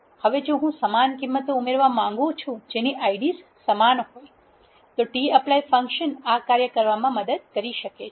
હવે જો હું સમાન કિંમતો ઉમેરવા માગું છું જેની Id's સમાન હોય છે તો tapply ફંક્શન આ કાર્ય કરવામાં મદદ કરી શકે છે